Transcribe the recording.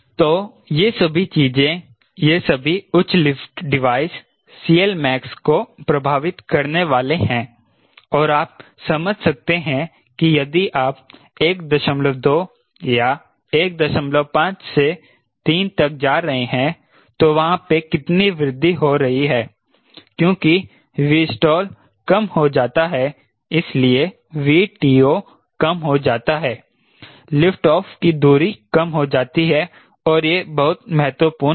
तो ये सभी चीजें ये सभी उच्च लिफ्ट डिवाइस CLmax को प्रभावित करने वाले हैं और आप समझ सकते हैं कि यदि आप 12 या 15 से 3 तक जा रहे हैं तो वहां पे कितनी वृद्धि हो रही है क्योंकि 𝑉stall कम हो जाता है इसलिए 𝑉TO कम हो जाता है लिफ्ट ऑफ की दूरी कम हो जाती है और यह बहुत महत्वपूर्ण है